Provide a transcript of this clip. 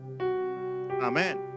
Amen